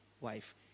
wife